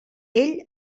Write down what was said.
ell